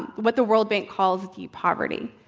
what the world bank calls deep poverty.